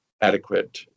adequate